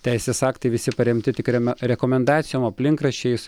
teisės aktai visi paremti tik re rekomendacijom aplinkraščiais